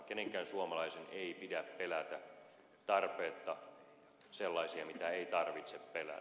kenenkään suomalaisen ei pidä pelätä tarpeetta sellaista mitä ei tarvitse pelätä